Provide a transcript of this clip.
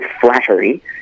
flattery